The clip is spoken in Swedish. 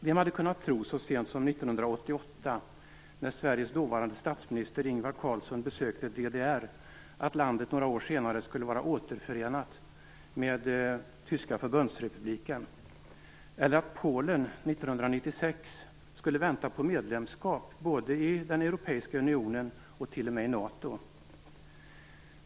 Vem hade kunnat tro, så sent som 1988, när Sveriges dåvarande statsminister Ingvar Carlsson besökte DDR, att landet några år senare skulle vara återförenat med den tyska förbundsrepubliken, eller att Polen 1996 skulle vänta på medlemskap i både den europeiska unionen och t.o.m. NATO?